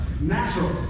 Natural